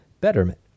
Betterment